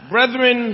Brethren